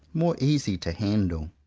more easy to handle.